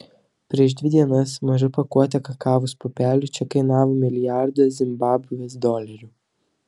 prieš dvi dienas maža pakuotė kavos pupelių čia kainavo milijardą zimbabvės dolerių